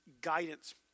guidance